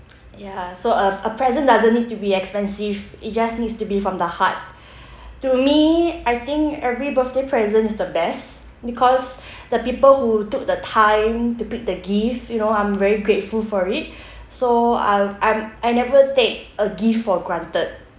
ya so a a present doesn't need to be expensive it just needs to be from the heart to me I think every birthday present is the best because the people who took the time to pick the gift you know I'm very grateful for it so I'll I I never take a gift for granted